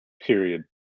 period